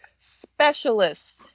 specialists